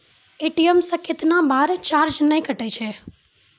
ATM से कैतना बार चार्ज नैय कटै छै?